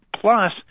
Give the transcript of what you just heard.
plus